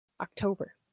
October